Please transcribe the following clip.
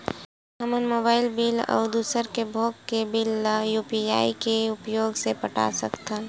हमन mobile bill अउ दूसर भोग के बिल ला यू.पी.आई के उपयोग से पटा सकथन